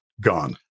gone